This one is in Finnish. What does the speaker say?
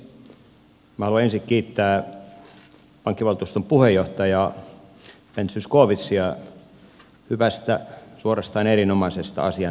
minä haluan ensin kiittää pankkivaltuuston puheenjohtajaa ben zyskowiczia hyvästä suorastaan erinomaisesta asian esittelystä